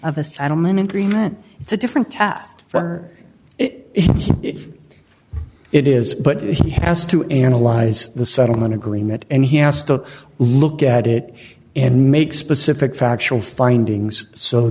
of a settlement agreement it's a different test for it it is but he has to analyze the settlement agreement and he has to look at it and make specific factual findings so